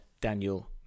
Daniel